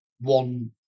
one